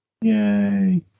Yay